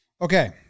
Okay